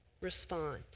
respond